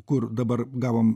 kur dabar gavom